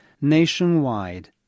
nationwide